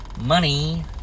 Money